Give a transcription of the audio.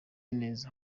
neza